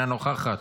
אינה נוכחת,